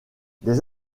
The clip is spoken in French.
des